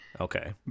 okay